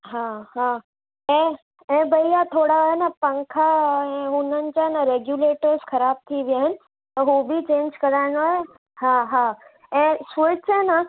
हा हा ऐं ऐं भैया थोरा आहिनि पंखा ऐं हुननि जा न रेगुलेटर्स ख़राबु थी विया आहिनि त हू बि चेंज कराइणो आहे हा हा ऐं स्विच आहे न